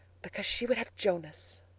because she would have jonas.